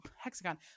hexagon